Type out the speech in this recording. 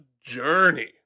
journey